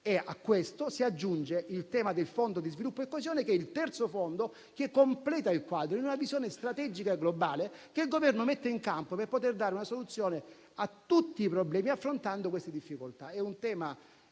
A questo si aggiunge il tema del Fondo per lo sviluppo e la coesione, che è il terzo fondo che completa il quadro, in una visione strategica globale che il Governo mette in campo per poter dare una soluzione a tutti i problemi, affrontando queste difficoltà.